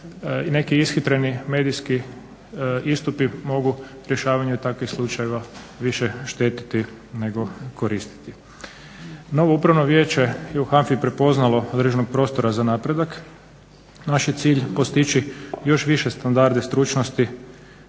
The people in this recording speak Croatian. da neki ishitreni medijski istupi mogu rješavanju takvih slučajeva više štetiti nego koristiti. Novo Upravno vijeće je u HANFA-i prepoznalo određenog prostora za napredak. Naš je cilj postići još više standarde stručnosti